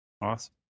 awesome